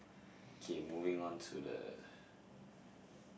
okay moving on to the